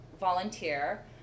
volunteer